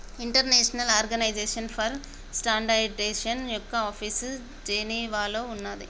international organization for standardization యొక్క office జెనీవాలో ఉన్నాది